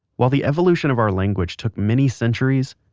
while the evolution of our language took many centuries,